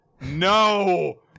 no